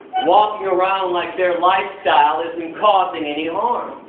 walking around like their lifestyle isn't causing any harm,